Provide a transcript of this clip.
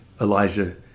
Elijah